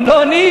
הם לא עונים.